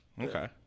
Okay